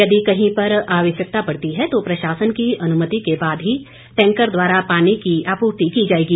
यदि कहीं पर आवश्यकता पड़ती है तो प्रशासन की अनुमति के बाद ही टैंकर द्वारा पानी की आपूर्ति की जाएगी